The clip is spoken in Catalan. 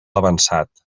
avançat